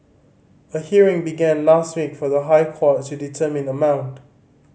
a hearing began last week for the High Court to determine the amount